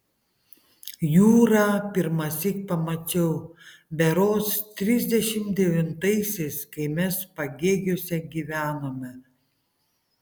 jūrą pirmąsyk pamačiau berods trisdešimt devintaisiais kai mes pagėgiuose gyvenome